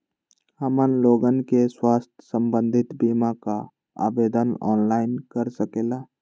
हमन लोगन के स्वास्थ्य संबंधित बिमा का आवेदन ऑनलाइन कर सकेला?